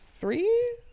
three